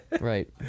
Right